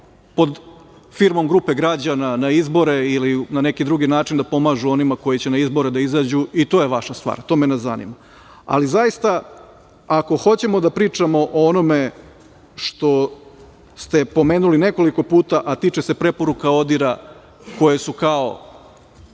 pod firmom grupe građana na izbore ili na neki drugi način da pomažu onima koji će na izbore da izađu, i to je vaša stvar, to me ne zanima, ali zaista ako hoćemo da pričamo o onome što ste pomenuli nekoliko puta, a tiče se preporuka ODIHR-a, koje su kao